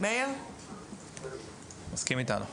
הוא מסכים איתנו.